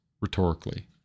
rhetorically